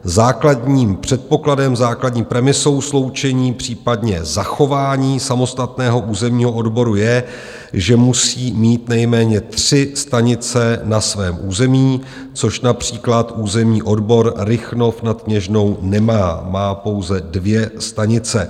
Základním předpokladem, základní premisou sloučení, případně zachování samostatného územního odboru je, že musí mít nejméně tři stanice na svém území, což například územní odbor Rychnov nad Kněžnou nemá, má pouze dvě stanice.